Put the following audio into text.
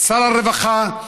שר הרווחה.